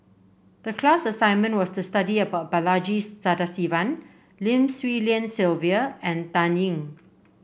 the class assignment was to study about Balaji Sadasivan Lim Swee Lian Sylvia and Dan Ying